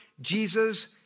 Jesus